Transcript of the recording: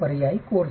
पर्यायी कोर्स येथे